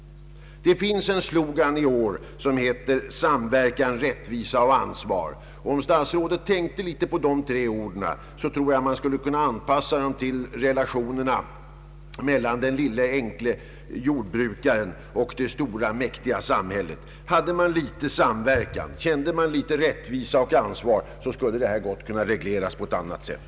Det finns en slogan i år som heter ”Samverkan, rättvisa, ansvar”. Om herr statsrådet tänkte litet på de tre orden tror jag han skulle kunna anpassa dem till relationerna mellan den lille, enkle jordbrukaren och det stora, mäktiga samhället. Hade man litet samverkan, kände man litet rättvisa och ansvar, skulle detta gott kunna regleras på annat sätt.